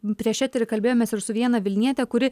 prieš eterį kalbėjomės ir su viena vilniete kuri